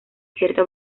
cierta